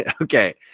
Okay